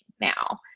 now